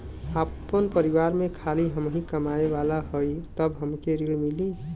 आपन परिवार में खाली हमहीं कमाये वाला हई तह हमके ऋण मिली?